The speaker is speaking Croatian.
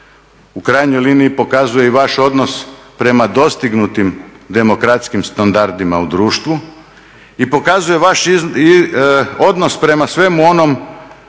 u krajnjoj liniji pokazuje i vaš odnos prema dostignutim demokratskim standardima u društvu i pokazuje vaš odnos prema svemu onom